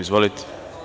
Izvolite.